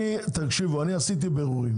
אני עשיתי בירורים,